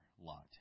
Lot